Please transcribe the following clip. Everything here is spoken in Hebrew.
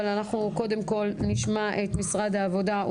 אבל אנחנו קודם נשמע את משרד העבודה.